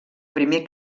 primer